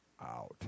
out